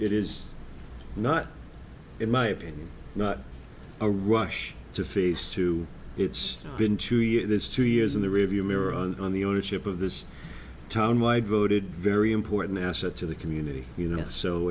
t is not in my opinion not a rush to face to it's been two years two years in the rearview mirror on the ownership of this town why voted very important asset to the community you know so